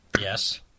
Yes